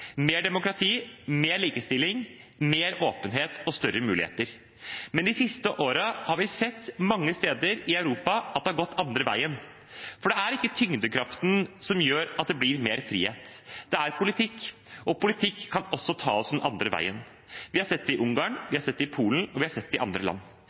mer demokrati, mer likestilling, mer åpenhet og større muligheter. Men de siste årene har vi sett mange steder i Europa at det har gått den andre veien. For det er ikke tyngdekraften som gjør at det blir mer frihet, det er politikk, og politikk kan også ta oss den andre veien. Vi har sett det i Ungarn,